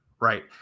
right